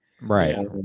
right